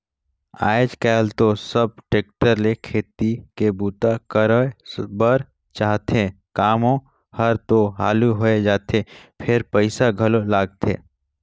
आयज कायल तो सब टेक्टर ले खेती के बूता करवाए बर चाहथे, कामो हर तो हालु होय जाथे फेर पइसा घलो लगथे